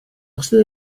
ystod